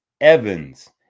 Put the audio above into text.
Evans